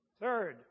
Third